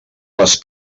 les